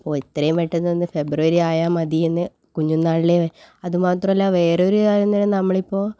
അപ്പോൾ എത്രയും പെട്ടന്നൊന്ന് ഫെബ്രുവരി ആയാൽ മതി എന്ന് കുഞ്ഞുനാളിലെ അതുമാത്രല്ല വേറൊരു കാര്യമെന്നാണ് നമ്മളിപ്പോൾ